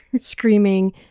screaming